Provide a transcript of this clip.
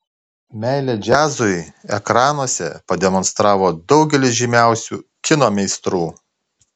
meilę džiazui ekranuose pademonstravo daugelis žymiausių kino meistrų